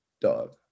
Dog